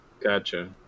gotcha